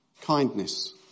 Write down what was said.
kindness